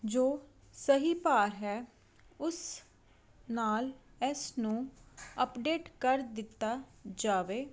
ਜੋ ਸਹੀ ਭਾਰ ਹੈ ਉਸ ਨਾਲ ਇਸ ਨੂੰ ਅਪਡੇਟ ਕਰ ਦਿੱਤਾ ਜਾਵੇ